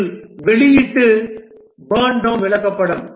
இது வெளியீட்டு burn down விளக்கப்படம்